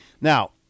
Now